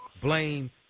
blame –